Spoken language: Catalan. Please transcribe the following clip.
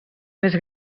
més